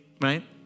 right